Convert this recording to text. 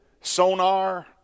sonar